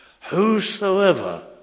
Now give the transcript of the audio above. Whosoever